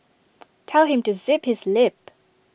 tell him to zip his lip